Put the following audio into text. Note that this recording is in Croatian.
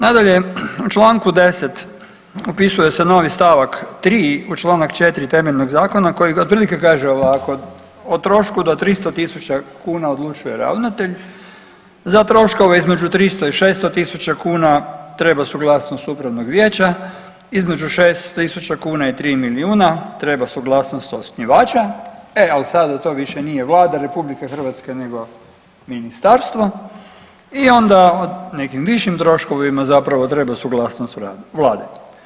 Nadalje, u Članku 10. upisuje se novi stavak 3. u Članak 4. temeljnog zakona koji otprilike kaže ovako, o trošku do 300.000 kuna odlučuje ravnatelj, za troškove između 300 i 600.000 kuna treba suglasnost upravnog vijeća, između 600.000 kuna i 3 milijuna treba suglasnost osnivača, e ali sada to više nije Vlada RH nego ministarstvo i onda o nekim višim troškovima zapravo treba suglasnost Vlade.